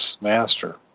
master